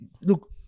Look